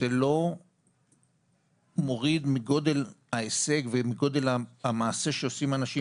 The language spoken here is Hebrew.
זה לא מוריד מגודל ההישג ומגודל המעשה שעושים אנשים,